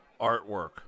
artwork